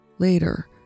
Later